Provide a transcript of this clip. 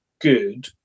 good